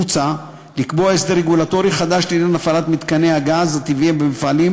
מוצע לקבוע הסדר רגולטורי חדש לעניין הפעלת מתקני הגז הטבעי במפעלים